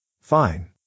Fine